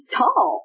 tall